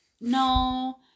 No